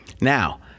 Now